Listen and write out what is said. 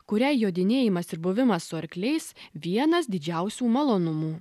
kuriai jodinėjimas ir buvimas su arkliais vienas didžiausių malonumų